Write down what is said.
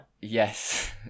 Yes